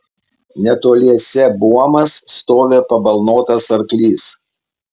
netoliese buomas stovi pabalnotas arklys